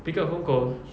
pick up phone call